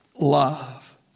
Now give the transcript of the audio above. love